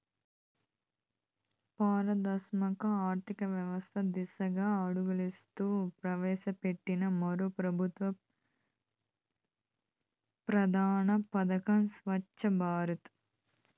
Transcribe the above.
పారదర్శక ఆర్థికవ్యవస్త దిశగా అడుగులేస్తూ ప్రవేశపెట్టిన మరో పెబుత్వ ప్రధాన పదకం స్వచ్ఛ భారత్